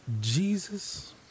Jesus